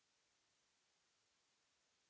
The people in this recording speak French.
Merci